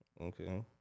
Okay